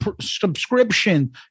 subscription